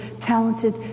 talented